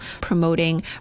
promoting